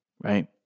right